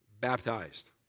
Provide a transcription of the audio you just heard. baptized